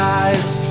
eyes